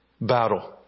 battle